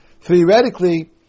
theoretically